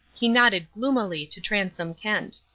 he nodded gloomily to transome kent.